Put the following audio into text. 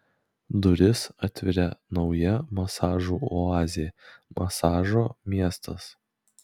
duris atveria nauja masažų oazė masažo miestas